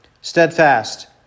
steadfast